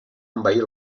envair